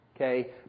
Okay